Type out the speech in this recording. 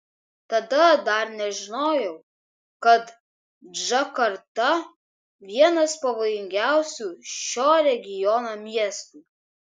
tada dar nežinojau kad džakarta vienas pavojingiausių šio regiono miestų